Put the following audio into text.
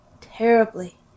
terribly